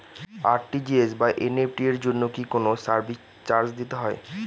RTGS বা NEFT এর জন্য কি কোনো সার্ভিস চার্জ দিতে হয়?